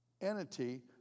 entity